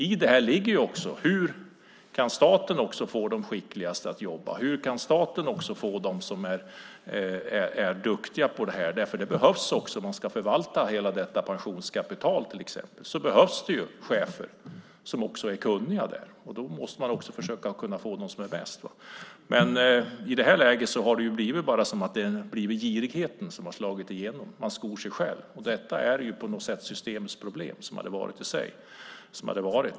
I detta ligger också frågan om hur staten kan få de skickligaste medarbetarna. Hur kan staten få dem som är duktiga på det här? Om man ska förvalta hela detta pensionskapital behövs det kunniga chefer, och man måste försöka få dem som är bäst. I det här läget har det bara varit girigheten som har slagit igenom. Man skor sig själv. Detta är systemets problem.